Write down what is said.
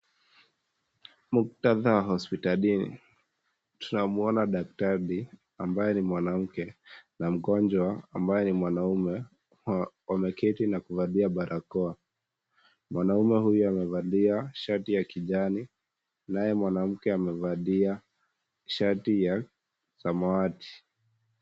Muktadha wa hospitalini. Tunamuona daktari ambaye ni mwanamke na mgonjwa ambaye ni mwanamume, wameketi na kuvalia barakoa. Mwanamume huyu amevalia shati ya kijani naye mwanamke amevalia shati ya samawati.